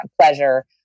pleasure